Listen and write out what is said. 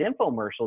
infomercials